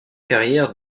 carrière